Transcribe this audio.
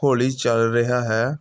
ਹੌਲੀ ਚੱਲ ਰਿਹਾ ਹੈ